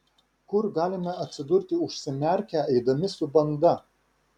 kur galime atsidurti užsimerkę eidami su banda